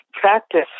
practice